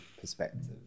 perspective